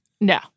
No